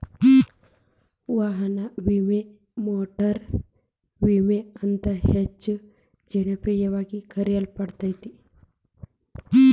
ವಾಹನ ವಿಮೆ ಮೋಟಾರು ವಿಮೆ ಅಂತ ಹೆಚ್ಚ ಜನಪ್ರಿಯವಾಗಿ ಕರೆಯಲ್ಪಡತ್ತ